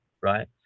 right